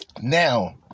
Now